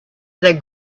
they